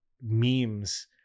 memes